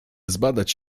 zbadać